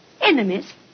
Enemies